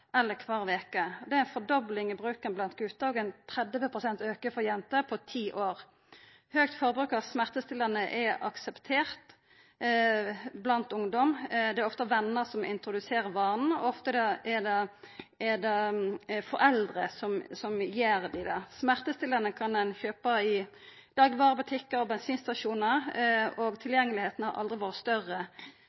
eller kvar veke. Det er ei dobling av bruken blant gutar og ein 30 pst. auke for jenter på ti år. Høgt forbruk av smertestillande er akseptert blant ungdom. Det er ofte vener som introduserer vanen, og ofte er det foreldre som gir dei det. Smertestillande kan ein kjøpa i daglegvarebutikkar og på bensinstasjonar. Tilgjengelegheita har aldri vore større.